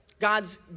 God's